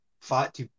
fat